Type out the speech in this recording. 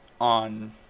on